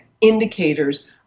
indicators